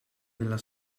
della